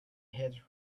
hit